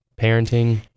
parenting